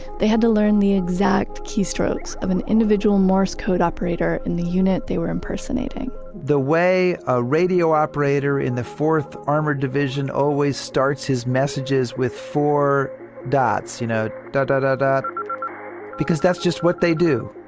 they had to learn the exact keystrokes of an individual morse code operator in the unit they were impersonating the way a radio operator in the fourth armored division always starts his messages with four dots you know dah, dah, dah, dah because that's just what they do.